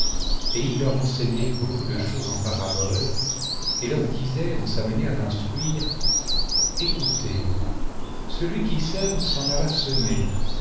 et il leur enseignait beaucoup de choses en paraboles et leur disait en sa manière d'instruire écoutez celui qui sème s'en alla